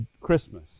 Christmas